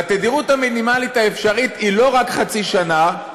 והתדירות המינימלית האפשרית היא לא רק חצי שנה,